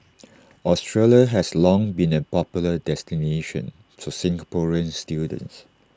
Australia has long been A popular destination for Singaporean students